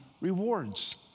rewards